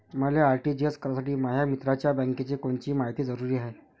मले आर.टी.जी.एस करासाठी माया मित्राच्या बँकेची कोनची मायती जरुरी हाय?